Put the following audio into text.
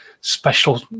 special